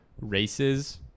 races